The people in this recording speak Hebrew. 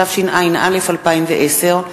התשע"א 2010,